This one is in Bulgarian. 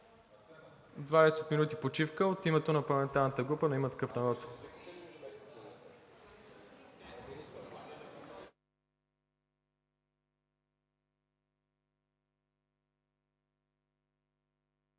минути почивка от името на парламентарната група на „Има такъв народ“.